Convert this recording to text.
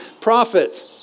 prophet